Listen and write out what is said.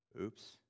oops